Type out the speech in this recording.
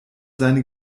seine